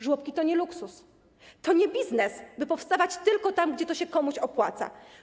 Żłobki to nie luksus, to nie biznes, by powstawać tylko tam, gdzie to się komuś opłaca.